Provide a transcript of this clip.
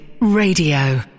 Radio